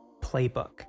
playbook